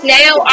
now